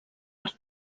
per